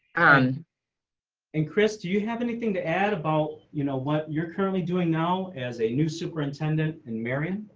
um and chris, do you have anything to add about you know what you're currently doing now as a new superintendent in marion